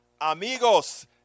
amigos